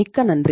மிக்க நன்றி